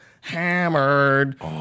hammered